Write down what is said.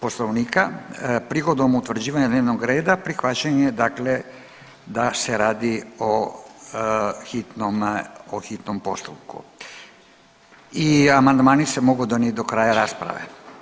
Poslovnika prigodom utvrđivanja dnevnog reda prihvaćen je dakle da se radi o hitnom, o hitnom postupku i amandmani se mogu donijeti do kraja rasprave.